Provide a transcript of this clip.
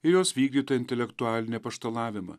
ir jos vykdytą intelektualinį apaštalavimą